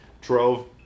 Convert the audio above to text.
drove